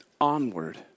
Onward